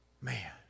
Man